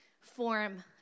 form